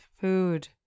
food